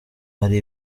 ari